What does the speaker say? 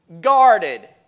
Guarded